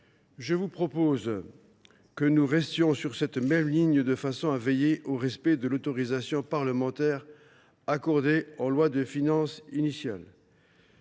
Je vous propose que nous restions sur la même ligne, de façon à veiller au respect de l’autorisation parlementaire accordée en loi de finances initiale.